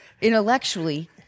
intellectually